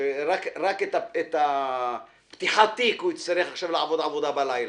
שרק על פתיחת תיק הוא יצטרך עכשיו לעבוד עבודה בלילה.